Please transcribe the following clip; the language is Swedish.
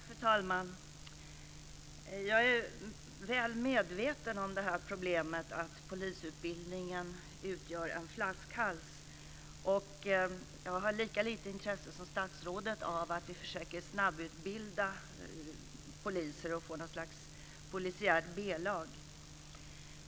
Fru talman! Jag är väl medveten om problemet att polisutbildningen utgör en flaskhals. Jag har lika lite intresse som statsrådet av att vi försöker snabbutbilda poliser och får något slags polisiärt B-lag.